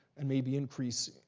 and maybe increase,